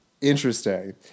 Interesting